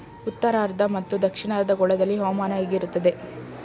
ಉತ್ತರಾರ್ಧ ಮತ್ತು ದಕ್ಷಿಣಾರ್ಧ ಗೋಳದಲ್ಲಿ ಹವಾಮಾನ ಹೇಗಿರುತ್ತದೆ?